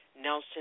Nelson